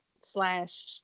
slash